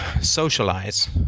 socialize